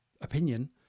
opinion